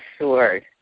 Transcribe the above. sword